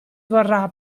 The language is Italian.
vorrà